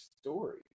Story